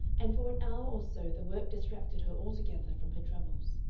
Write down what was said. and for an hour or so the work distracted her altogether from her troubles.